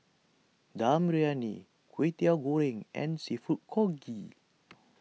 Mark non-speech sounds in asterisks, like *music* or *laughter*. Dum Briyani Kwetiau Goreng and Seafood Congee *noise*